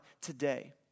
today